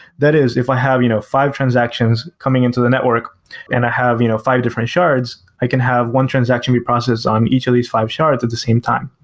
that is, if i have you know five transactions coming into the network and i have you know five different shards, i can have one transaction be processed on each of these five shards at the same time.